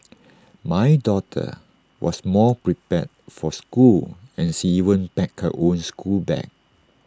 my daughter was more prepared for school and she even packed her own schoolbag